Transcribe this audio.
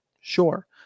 Sure